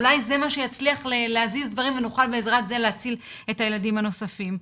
אולי זה מה שיצליח להזיז דברים ונוכל בעזרת זה להציל את הילדים הנוספים.